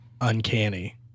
uncanny